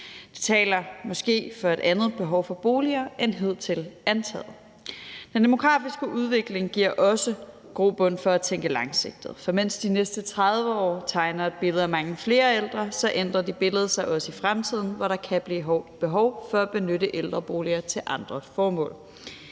Det taler måske for et andet behov for boliger end hidtil antaget. Den demografiske udvikling giver også grobund for at tænke langsigtet. For mens de næste 30 år tegner et billede af mange flere ældre, ændrer det billede sig også i fremtiden, hvor der kan blive behov for at benytte ældreboliger til andre formål.